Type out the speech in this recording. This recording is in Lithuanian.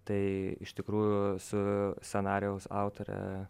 tai iš tikrųjų su scenarijaus autore